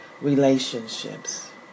relationships